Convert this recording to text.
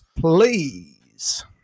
please